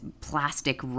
plastic